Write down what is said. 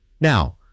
Now